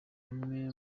bamwe